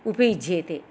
उपयुज्येते